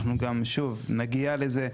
אנחנו נגיע לזה,